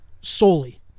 solely